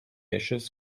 ashes